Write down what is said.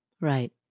Right